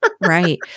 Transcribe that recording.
Right